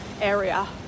area